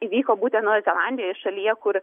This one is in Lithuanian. įvyko būtent naujoje zelandijoje šalyje kur